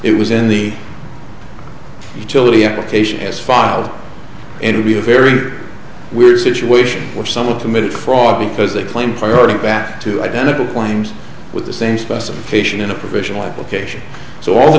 it was in the utility application has filed in to be a very weird situation where someone committed fraud because they claim priority back to identical claims with the same specification in a provisional application so all the